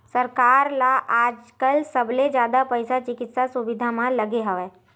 सरकार ल आजकाल सबले जादा पइसा चिकित्सा सुबिधा म लगे हवय